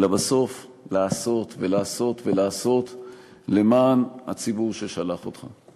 אלא בסוף לעשות ולעשות ולעשות למען הציבור ששלח אותך.